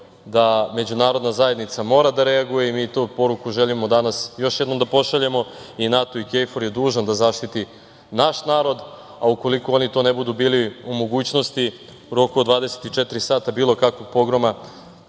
da međunarodna zajednica mora da reaguje i mi tu poruku želimo danas još jednom da pošaljemo i NATO i KFOR je dužan da zaštiti naš narod, a ukoliko oni to ne budu bili u mogućnosti u roku od 24 sata, bilo kakvog pogroma,